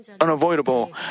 unavoidable